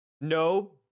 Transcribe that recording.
No